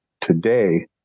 Today